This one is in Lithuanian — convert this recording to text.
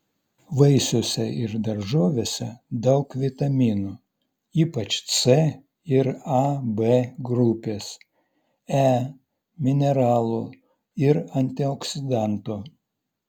vaisiuose ir daržovėse daug vitaminų ypač c ir a b grupės e mineralų ir antioksidantų